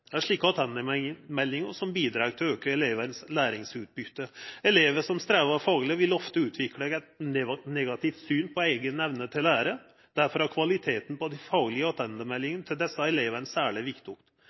Det er slike attendemeldingar som bidreg til å auka elevane sitt læringsutbytte. Elevar som strever fagleg, vil ofte utvikla eit negativt syn på eiga evne til å læra. Derfor er kvaliteten på dei faglege